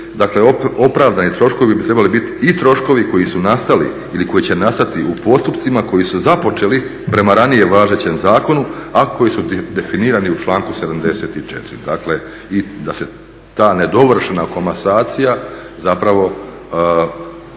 Dakle, opravdani troškovi bi trebali biti i troškovi koji su nastali ili koji će nastati u postupcima koji su započeli prema ranije važećem zakonu, a koji su definirani u članku 74. Dakle, i da se ta nedovršena komasacija zapravo